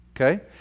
Okay